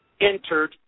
entered